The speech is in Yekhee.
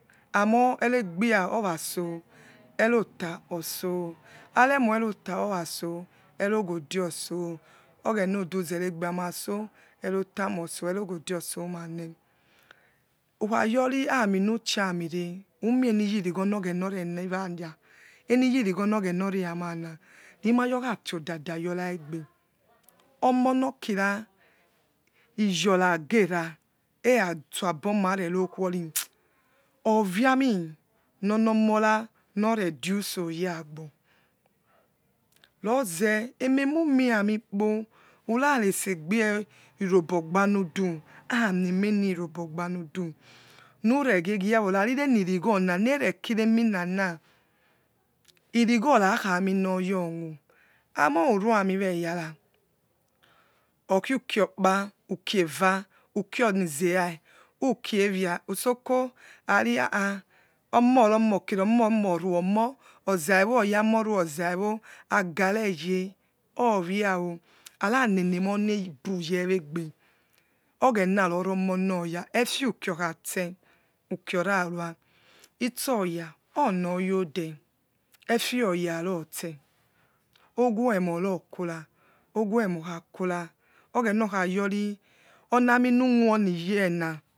Amor enegbia oraso erota otso aremo erota oraso evighate otso oghena odi zere bia maso enota ma ots eroghode otsomane ukha liyori amimichi: ami eeh umieniyirighe nogenareniwans eniyirighon oghena iamana rimayakhafiodada y ora-egbe omonokira lyonagera, eratsogbo mävero kuri ovía minononora nove diosorewagbo roze menaunie ani bupa urs-resegbie urobogbanudu namiemeniirobogbanudu miregigi auvo, ravivienivighongi rekirenning na uroghi reikhaminoyaowu amoure amiwegara okhu uki dupa uki pesa ukionizera ukiewia sisoko arihaha omoh riromokira omeh ro mo roi omoh ozawo oygmory ozauso a garege, ovia o aranenemon cebu yeri egbe ogheng roromoh noor oya efe west okhatse uki orarea bow, oya omoya ode efeoya rotse owo emorokora owoemokhakora oghens khayori oni amiryuo ani year na.